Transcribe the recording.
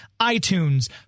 iTunes